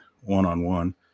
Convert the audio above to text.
one-on-one